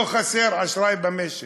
לא חסר אשראי במשק.